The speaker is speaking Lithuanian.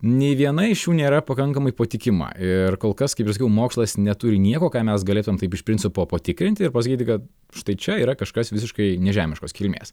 nei viena iš jų nėra pakankamai patikima ir kol kas kaip ir sakiau mokslas neturi nieko ką mes galėtumėm taip iš principo patikrinti ir pasakyti kad štai čia yra kažkas visiškai nežemiškos kilmės